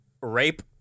rape